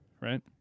right